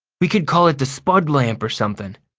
we could call it the spud lamp or something.